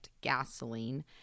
gasoline